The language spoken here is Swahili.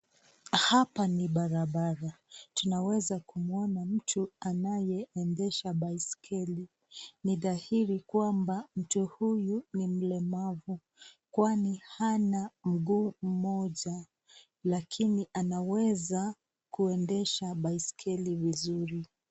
Hapa ni barabara. Tunaweza kumuona mtu anayeendesha baiskeli. Ni dhahiri kwamba mtu huyu ni mlemavu, kwani hana mguu mmoja lakini anaweza kuendesha baiskeli vizuri.